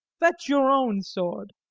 fetch your own sword.